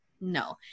No